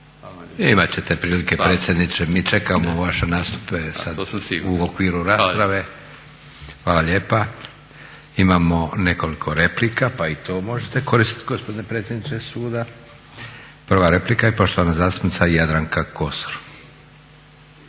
A to sam siguran. Hvala. **Leko, Josip (SDP)** Hvala lijepa. Imamo nekoliko replika pa i to možete koristiti gospodine predsjedniče suda. Prva replika i poštovana zastupnica Jadranka Kosor.